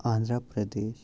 Andhra Pradesh